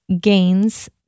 gains